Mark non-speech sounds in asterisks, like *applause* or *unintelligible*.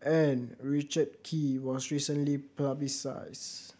and Richard Kee was recently *unintelligible*